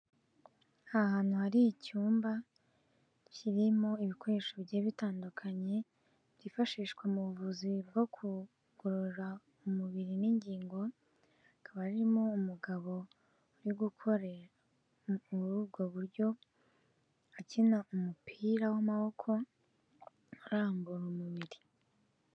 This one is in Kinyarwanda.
Ahantu hari icyumba kirimo ibikoresho bigiye bitandukanye, byifashishwa mu buvuzi bwo kugorora umubiri n'ingingo, hakaba harimo umugabo uri gukora muri ubwo buryo, akina umupira w'amaboko arambura umubiri.